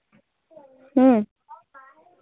হুম